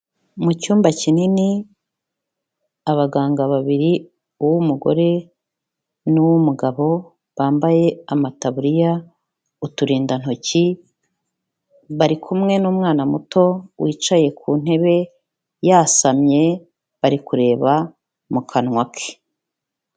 Mu cyumba kinini abaganga babiri uw'umugore n'uw'umugabo bambaye amataburiya, uturindantoki, bari kumwe n'umwana muto wicaye ku ntebe, yasamye bari kureba mu kanwa ke.